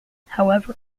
however